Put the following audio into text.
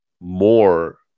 more